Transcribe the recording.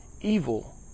evil